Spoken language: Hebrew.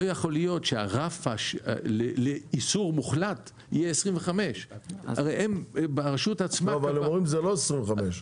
לא יכול להיות שהרף לאיסור מוחלט יהיה 25. אבל הם אומרים שזה לא 25,